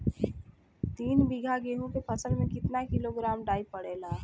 तीन बिघा गेहूँ के फसल मे कितना किलोग्राम डाई पड़ेला?